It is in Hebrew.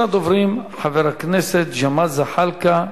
ראשון הדוברים, חבר הכנסת ג'מאל זחאלקה,